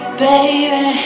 baby